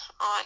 on